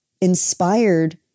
inspired